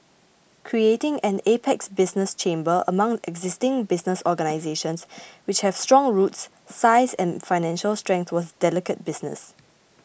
creating an apex business chamber among existing business organisations which have strong roots size and financial strength was delicate business